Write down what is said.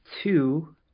two